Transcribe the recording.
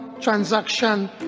transaction